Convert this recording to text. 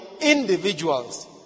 individuals